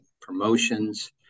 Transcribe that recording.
promotions